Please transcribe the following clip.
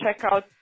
checkout